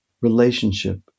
relationship